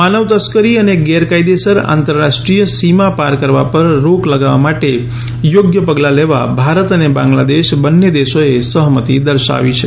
માનવ તસ્કરી અને ગેરકાયદેસર આંતરરાષ્ટ્રીય સીમા પાર કરવા પર રોક લગાવવા માટે યોગ્ય પગલાં લેવા ભારત અને બાંગ્લાદેશ બંન્ને દેશોએ સહમતિ દર્શાવી છે